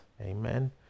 Amen